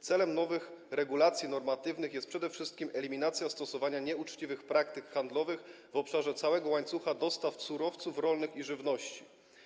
Celem nowych regulacji normatywnych jest przede wszystkim eliminacja stosowania nieuczciwych praktyk handlowych w obszarze całego łańcucha dostaw surowców rolnych i żywności.